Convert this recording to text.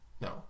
no